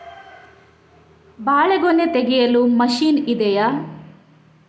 ಬಾಳೆಗೊನೆ ತೆಗೆಯಲು ಮಷೀನ್ ಇದೆಯಾ?